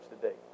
today